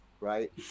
right